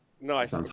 Nice